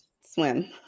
swim